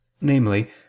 namely